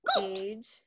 age